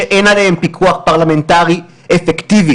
שאין עליהם פיקוח פרלמנטרי אפקטיבי.